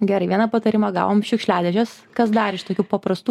gerai vieną patarimą gavom šiukšliadėžės kas dar iš tokių paprastų